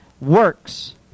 works